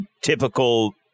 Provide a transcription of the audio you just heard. typical